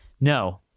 No